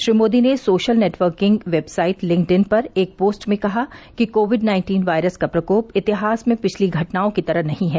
श्री मोदी ने social networking website LinkedIn पर एक पोस्ट में कहा कि कोविड नाइन्टीन वायरस का प्रकोप इतिहास में पिछली घटनाओं की तरह नहीं है